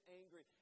angry